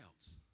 else